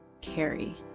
carry